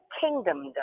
kingdom